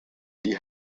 die